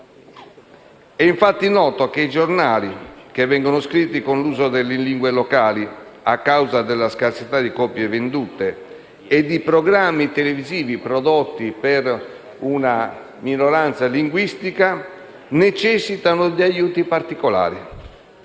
È, infatti, noto che i giornali che vengono scritti con l'uso delle lingue locali, a causa della scarsità delle copie vendute, e i programmi televisivi prodotti per una minoranza linguistica necessitino di aiuti particolari.